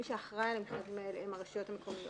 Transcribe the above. מי שאחראי על המכרזים האלה הן הרשויות המקומיות.